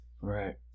Right